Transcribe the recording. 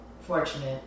fortunate